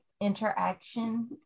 interaction